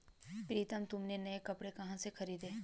प्रितम तुमने नए कपड़े कहां से खरीदें?